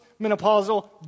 menopausal